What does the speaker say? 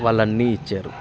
వాళ్ళన్నీ ఇచ్చారు